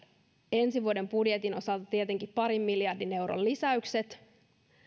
ensi vuoden budjetin osalta on parin miljardin euron lisäykset